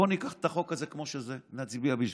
בואו ניקח את החוק הזה כמו שזה, נצביע בשבילו,